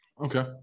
Okay